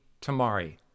Tamari